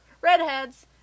redheads